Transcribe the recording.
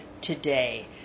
today